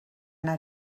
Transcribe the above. anar